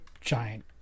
giant